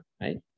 right